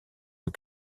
aux